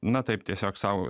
na taip tiesiog sau